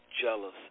jealous